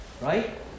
Right